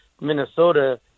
Minnesota